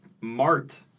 Mart